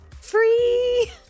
free